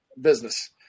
business